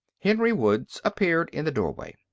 henry woods appeared in the doorway.